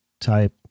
type